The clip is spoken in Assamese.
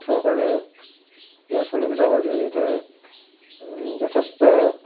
চৰকাৰে এই আঁচনিবিলাকৰ জৰিয়তে যথেষ্ট